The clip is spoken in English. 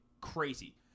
crazy